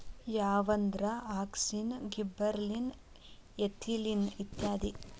ಯಾವಂದ್ರ auxin, gibberellin, ethylene ಇತ್ಯಾದಿ